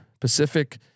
Pacific